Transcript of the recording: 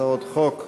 הצעות החוק לפנינו.